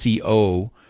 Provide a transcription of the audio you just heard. CO